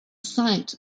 site